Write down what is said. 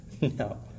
No